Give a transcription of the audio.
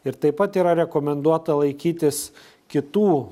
ir taip pat yra rekomenduota laikytis kitų